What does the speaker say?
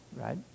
right